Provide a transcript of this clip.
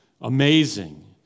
amazing